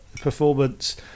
performance